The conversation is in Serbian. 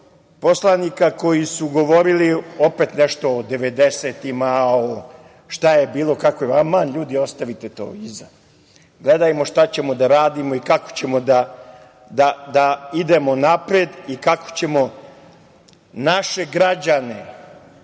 poslanika koji su govorili opet nešto o devedesetima, šta je bilo. Aman, ljudi, ostavite to iza. Gledajmo šta ćemo da radimo i kako ćemo da idemo napred i kako ćemo naše građane